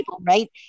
Right